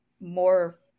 more